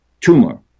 tumor